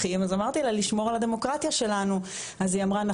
אז היא אמרה לי לאן הם הולכים?